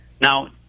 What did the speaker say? Now